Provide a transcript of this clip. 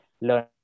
learn